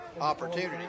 opportunity